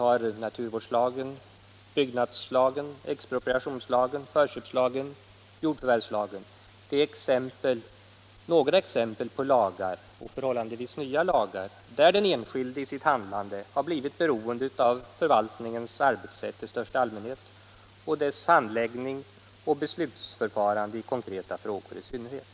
Naturvårdslagen, byggnadslagen, expropriationslagen, förköpslagen och jordförvärvslagen är några exempel på lagar — och förhållandevis nya lagar — som har gjort att den enskilde i sitt handlande har blivit beroende av förvaltningens arbetssätt i största myndigheters långsamma handläggning av ärenden allmänhet och dess handläggning och beslutsförfarande i konkreta frågor i synnerhet.